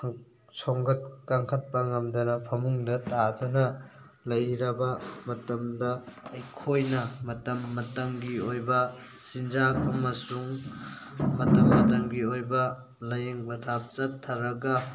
ꯁꯣꯟꯒꯠ ꯀꯥꯡꯈꯠꯄ ꯉꯝꯗꯅ ꯐꯃꯨꯡꯗ ꯇꯥꯗꯨꯅ ꯂꯩꯔꯕ ꯃꯇꯝꯗ ꯑꯩꯈꯣꯏꯅ ꯃꯇꯝ ꯃꯇꯝꯒꯤ ꯑꯣꯏꯕ ꯆꯤꯟꯖꯥꯛ ꯑꯃꯁꯨꯡ ꯃꯇꯝ ꯃꯇꯝꯒꯤ ꯑꯣꯏꯕ ꯂꯥꯏꯌꯦꯡ ꯄꯊꯥꯞ ꯆꯠꯊꯔꯒ